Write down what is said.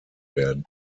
werden